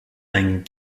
ein